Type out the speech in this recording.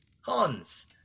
Hans